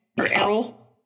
Errol